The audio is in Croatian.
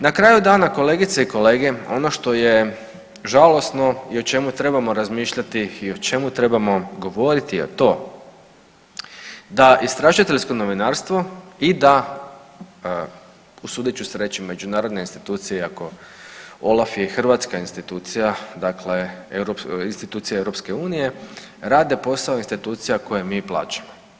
Na kraju dana kolegice i kolege ono što je žalosno i o čemu trebamo razmišljati i o čemu trebamo govoriti je to da istražiteljsko novinarstvo i da usudit ću se reći međunarodne institucije iako OLAF je i hrvatska institucija, dakle institucija EU rade posao institucija koje mi plaćamo.